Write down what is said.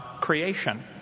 creation